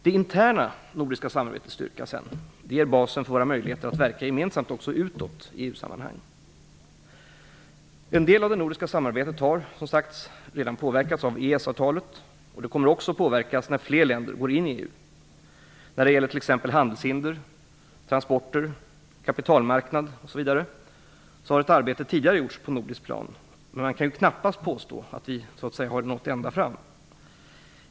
Det interna nordiska samarbetets styrka ger basen för våra möjligheter att verka gemensamt också utåt i EU-sammanhang. En del av det nordiska samarbetet har, som sagt, redan påverkats av EES-avtalet och det kommer också att påverkas när fler länder går in i EU. När det gäller t.ex. handelshinder, transporter, kapitalmarknad etc. har ett arbete tidigare gjorts på nordiskt plan, men man kan knappast påstå att vi nått ända fram.